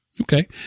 Okay